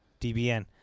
DBN